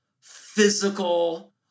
physical